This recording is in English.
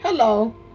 Hello